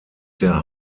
der